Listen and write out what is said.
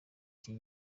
iki